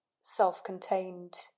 self-contained